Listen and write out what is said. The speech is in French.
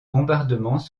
bombardements